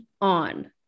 on